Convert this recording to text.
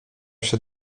się